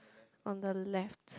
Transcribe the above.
on the left